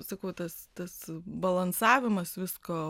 sakau tas tas balansavimas visko